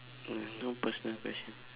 mm no personal question